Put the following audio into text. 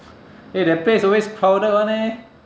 eh that place always crowded [one] eh